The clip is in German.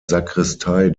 sakristei